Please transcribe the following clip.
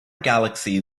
galaxy